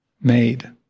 made